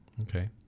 Okay